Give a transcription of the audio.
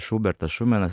šubertas šumenas